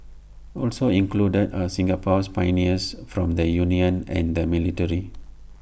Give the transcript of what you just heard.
also included are Singapore's pioneers from the unions and the military